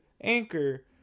Anchor